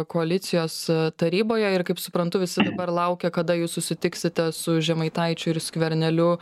koalicijos taryboje ir kaip suprantu visi dabar laukia kada jūs susitiksite su žemaitaičiu ir skverneliu